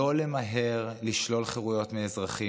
לא למהר לשלול חירויות מאזרחים.